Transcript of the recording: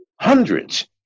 Hundreds